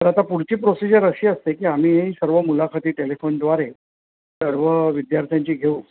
तर आता पुढची प्रोसिजर अशी असते की आम्ही सर्व मुलाखती टेलेफोनद्वारे सर्व विद्यार्थ्यांची घेऊच